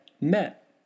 met